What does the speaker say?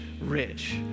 rich